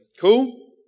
Cool